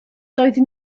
doedd